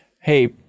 hey